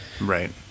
Right